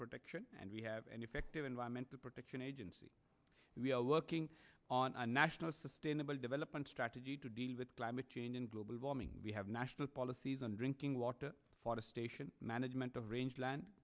protection and we have an effective environmental protection agency and we are looking on a national sustainable development strategy to deal with climate change and global warming we have national policies on drinking water flow to station management of range l